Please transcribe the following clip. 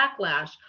backlash